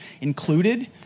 included